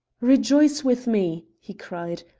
rejoice with me! he cried.